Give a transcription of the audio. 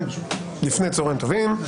לפני צוהריים טובים.